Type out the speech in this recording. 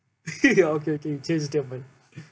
okay okay you change statement